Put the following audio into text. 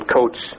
Coach